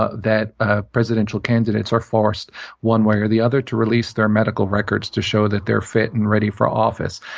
ah that ah presidential candidates are forced one way or the other to release their medical records to show that they're fit and ready for office.